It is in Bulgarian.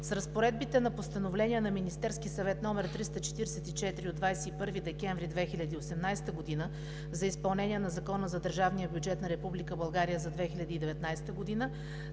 С разпоредбите на Постановление на Министерския съвет № 344 от 21 декември 2018 г. за изпълнение на Закона за държавния бюджет на Република България за 2019 г.